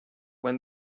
when